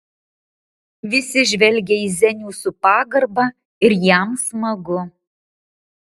visi žvelgia į zenių su pagarba ir jam smagu